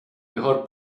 mejor